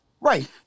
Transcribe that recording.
Right